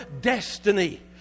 destiny